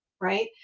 Right